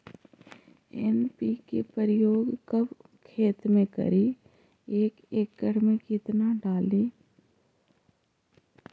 NPK प्रयोग कब खेत मे करि एक एकड़ मे कितना डाली?